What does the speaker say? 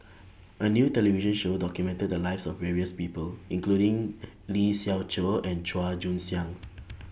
A New television Show documented The Lives of various People including Lee Siew Choh and Chua Joon Siang